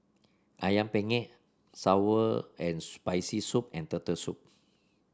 ayam penyet sour and Spicy Soup and Turtle Soup